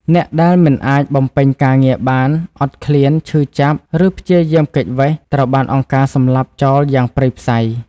អ្នកដែលមិនអាចបំពេញការងារបាន អត់ឃ្លាន ឈឺចាប់ ឬព្យាយាមគេចវេស ត្រូវបានអង្គការសម្លាប់ចោលយ៉ាងព្រៃផ្សៃ។